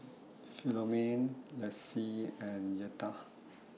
Philomene Lacy and Yetta